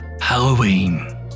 Halloween